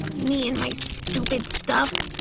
me and my stupid stuff.